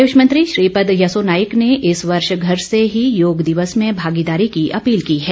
आयुष मंत्री श्रीपद यसो नाइक ने इस वर्ष घर से ही योग दिवस में भागीदारी की अपील की है